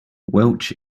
welch